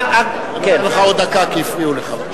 אני נותן לך עוד דקה, כי הפריעו לך.